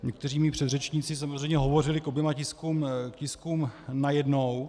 Někteří mí předřečníci samozřejmě hovořili k oběma tiskům najednou.